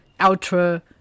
ultra